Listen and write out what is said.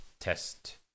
test